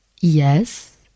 Yes